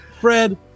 Fred